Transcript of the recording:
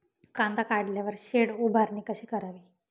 कांदा काढल्यावर शेड उभारणी कशी करावी?